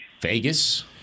Vegas